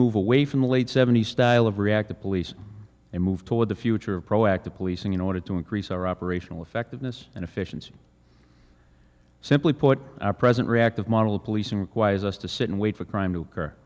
move away from the late seventies style of reactive police and move toward the future of proactive policing in order to increase our operational effectiveness and efficiency simply put our present reactive model of policing requires us to sit and wait for crime to occur